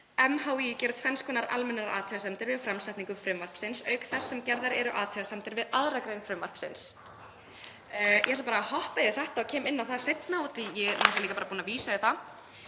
„MHÍ gerir tvenns konar almennar athugasemdir við framsetningu frumvarpsins auk þess sem gerðar eru athugasemdir við 2. gr. frumvarpsins.“ Ég ætla bara að hoppa yfir þetta og koma inn á það seinna, af því að ég er náttúrlega búin að vísa í það,